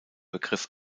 begriff